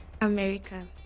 America